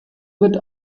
wird